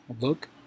look